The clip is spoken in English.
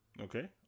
Okay